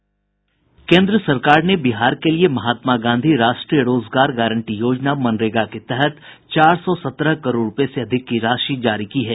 केंद्र सरकार ने बिहार के लिए महात्मा गांधी राष्ट्रीय रोजगार गारंटी योजना मनरेगा के तहत चार सौ सत्रह करोड़ रुपये से अधिक की राशि जारी की है